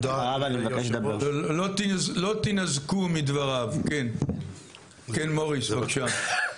לא תינזקו מדבריו, כן מוריס בבקשה.